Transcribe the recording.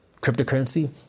cryptocurrency